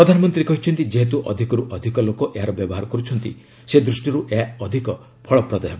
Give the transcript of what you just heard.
ପ୍ରଧାନମନ୍ତ୍ରୀ କହିଛନ୍ତି ଯେହେତ୍ର ଅଧିକର୍ ଅଧିକ ଲୋକ ଏହାର ବ୍ୟବହାର କର୍ରଛନ୍ତି ସେ ଦୃଷ୍ଟିରୁ ଏହା ଅଧିକ ଫଳପ୍ରଦ ହେବ